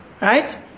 right